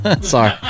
sorry